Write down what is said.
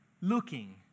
looking